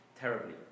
terribly